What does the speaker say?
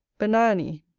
benione,